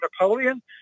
Napoleon